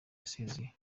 yasezeye